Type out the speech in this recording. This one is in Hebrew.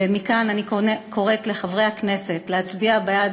ומכאן אני קוראת לחברי הכנסת להצביע בעד